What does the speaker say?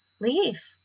leave